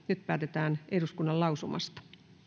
päätetään eduskunnan lausumasta